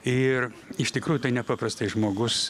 ir iš tikrųjų tai nepaprastai žmogus